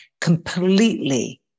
completely